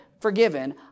forgiven